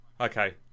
Okay